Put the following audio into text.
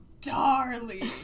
darling